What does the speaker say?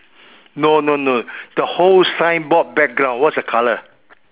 no no no the whole signboard background what is the colour